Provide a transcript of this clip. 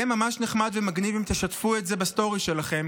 יהיה ממש נחמד ומגניב אם תשתפו את זה בסטורי שלכם,